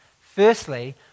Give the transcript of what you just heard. Firstly